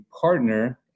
partner